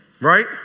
right